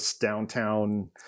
downtown